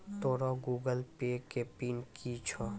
तोरो Google Pay के PIN कि छौं?